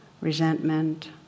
resentment